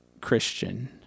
Christian